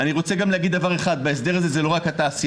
אני רוצה גם להגיד דבר אחד: בהסדר הזה זה לא רק התעשיינים.